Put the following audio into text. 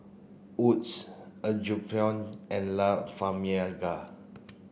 Wood's Apgujeong and La Famiglia